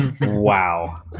Wow